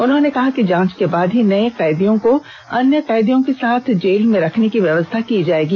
उन्होंने कहा कि जांच के बाद ही नये कैदियों को अन्य कैदियों के साथ जेल में रखने की व्यवस्था की जायेगी